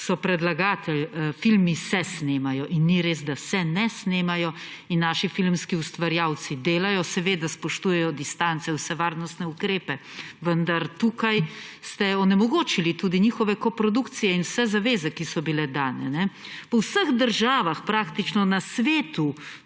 sopredlagatelj, filmi se snemajo in ni res, da se ne snemajo, in naši filmski ustvarjalci delajo. Seveda spoštujejo distance, vse varnostne ukrepe, vendar tukaj ste onemogočili tudi njihove koprodukcije in vse zaveze, ki so bile dane. Po vseh državah praktično na svetu,